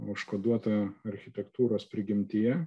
užkoduota architektūros prigimtyje